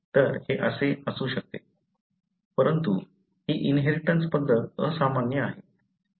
तर हे असू शकते परंतु ही इनहेरिटन्स पद्धत असामान्य आहे